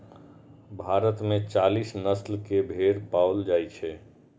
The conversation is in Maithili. भारत मे चालीस नस्ल के भेड़ पाओल जाइ छै